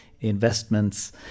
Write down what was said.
investments